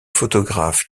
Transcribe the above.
photographes